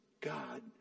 God